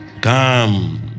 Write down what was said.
Come